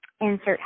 insert